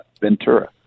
Ventura